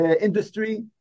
industry